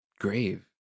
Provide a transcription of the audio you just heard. grave